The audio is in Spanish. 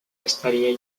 estaría